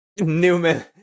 Newman